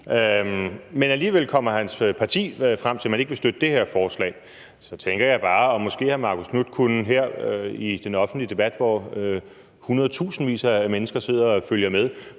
Men alligevel kommer hans parti frem til, at man ikke vil støtte det her forslag. Så tænker jeg bare, om hr. Marcus Knuth her i den offentlige debat, hvor hundredtusindvis af mennesker sidder og følger med,